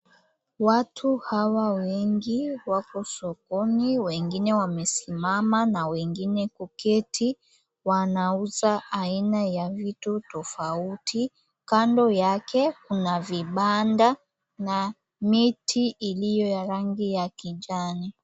Watu hawa wengi wako sokoni, wengine wamesimama na wengine kuketi, wanauza aina ya vitu tofauti. Kando yake kuna vibanda na miti iliyo ya rangi ya kijani.